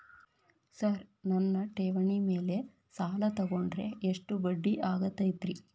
Sir ನನ್ನ ಠೇವಣಿ ಮೇಲೆ ಸಾಲ ತಗೊಂಡ್ರೆ ಎಷ್ಟು ಬಡ್ಡಿ ಆಗತೈತ್ರಿ?